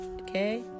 okay